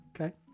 Okay